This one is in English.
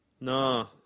No